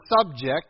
subject